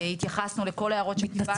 התייחסנו לכל ההערות שקיבלנו.